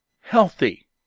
healthy